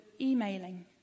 emailing